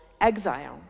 exile